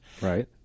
Right